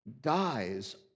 dies